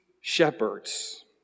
shepherds